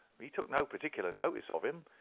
he took no particular notice of him,